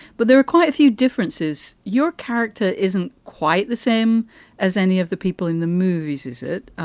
but there are quite a few differences. your character isn't quite the same as any of the people in the movies, is it?